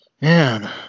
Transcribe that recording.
man